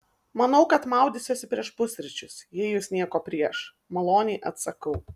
manau kad maudysiuosi prieš pusryčius jei jūs nieko prieš maloniai atsakau